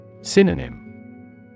Synonym